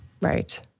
Right